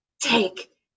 take